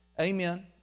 amen